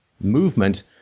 movement